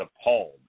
appalled